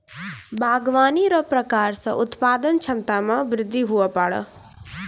बागवानी रो प्रकार से उत्पादन क्षमता मे बृद्धि हुवै पाड़ै